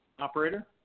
Operator